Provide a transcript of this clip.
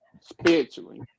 spiritually